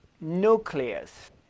nucleus